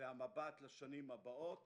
והמבט לשנים הבאות